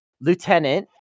lieutenant